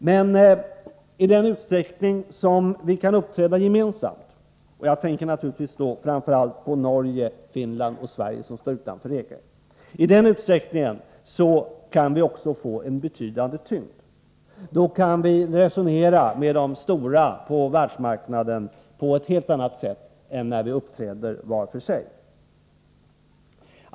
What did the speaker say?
Men i den utsträckning vi kan uppträda gemensamt — jag tänker naturligtvis då framför allt på Norge, Finland och Sverige som står utanför EG — kan vi också få en betydande tyngd. Då kan vi resonera med de stora på världsmarknaden på ett helt annat sätt än när vi uppträder var för sig.